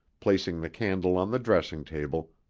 placing the candle on the dressing-table,